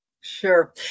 Sure